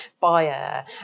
buyer